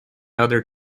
other